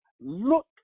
look